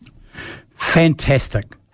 Fantastic